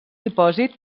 dipòsit